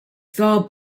saw